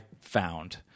found